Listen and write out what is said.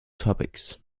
topics